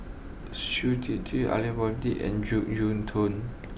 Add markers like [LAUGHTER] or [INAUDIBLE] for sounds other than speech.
Shui Tit [UNINTELLIGIBLE] Aidli Mosbit and Jek Yeun Thong